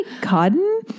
cotton